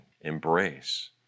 embrace